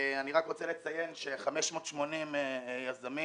אני רוצה לציין ש-580 יזמים,